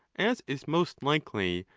as is most likely,